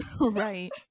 right